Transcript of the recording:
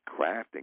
crafting